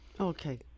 Okay